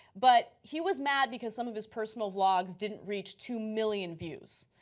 but he was mad because some of his personal blogs didn't reach two million views.